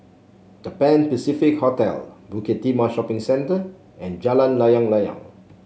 The Pan Pacific Hotel Bukit Timah Shopping Centre and Jalan Layang Layang